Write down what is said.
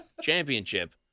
championship